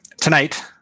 tonight